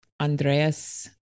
Andreas